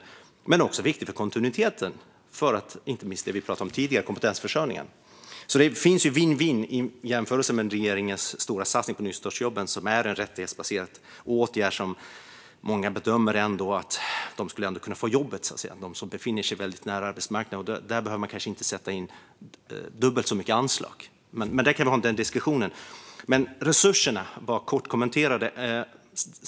Men det är också viktigt för kontinuiteten när det gäller det vi pratade om tidigare, nämligen kompetensförsörjningen. Det finns alltså vinn-vinn i jämförelse med regeringens stora satsning på nystartsjobben, som är en rättighetsbaserad åtgärd. Många bedömer att dessa personer som befinner sig väldigt nära arbetsmarknaden ändå skulle kunna få jobb, så där behöver man kanske inte sätta in dubbelt så mycket anslag. Men det är en diskussion vi kan ha. Sedan vill jag bara kort kommentera resurserna.